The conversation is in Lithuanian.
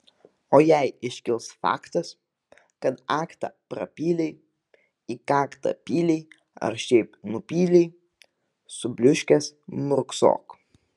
o jei iškils faktas kad aktą prapylei į kaktą pylei ar šiaip nupylei subliūškęs murksok